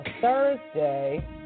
Thursday